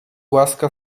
łaska